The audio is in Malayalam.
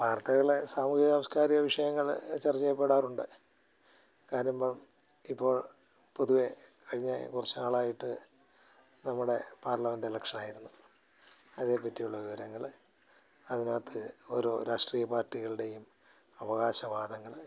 വാർത്തകളെ സാമൂഹിക സാംസ്കാരിക വിഷയങ്ങൾ ചർച്ച ചെയ്യപ്പെടാറുണ്ട് കാരിമ്പം ഇപ്പോൾ പൊതുവെ കഴിഞ്ഞെ കുറച്ച് നാളായിട്ട് നമ്മുടെ പാർലമെൻറ്റ് ഇലക്ഷനായിരുന്നു അതേപ്പറ്റിയുള്ള വിവരങ്ങൾ അതിനകത്ത് ഓരോ രാഷ്ട്രീയ പാർട്ടികളുടേയും അവകാശവാദങ്ങൾ